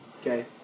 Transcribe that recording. Okay